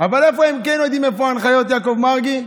אבל איפה הם כן יודעים איפה ההנחיות, יעקב מרגי?